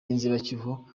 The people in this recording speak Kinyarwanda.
y’inzibacyuho